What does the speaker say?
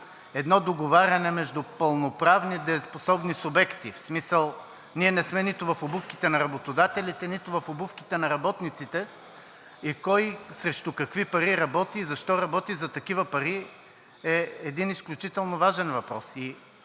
едно договаряне между пълноправни и дееспособни субекти, в смисъл ние не сме нито в обувките на работодателите, нито в обувките на работниците и кой срещу какви пари работи, и защо работи за такива пари, е един изключително важен въпрос.